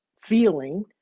feeling